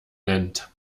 nennt